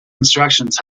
instructions